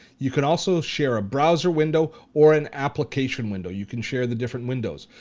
you can also share a browser window or an application window. you can share the different windows.